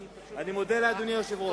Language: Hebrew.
אני מודה לאדוני היושב-ראש.